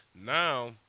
Now